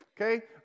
Okay